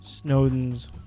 Snowden's